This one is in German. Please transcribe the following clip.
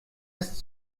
ist